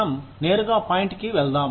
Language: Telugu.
మనం నేరుగా పాయింట్ కి వెళ్దాం